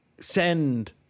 send